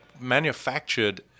manufactured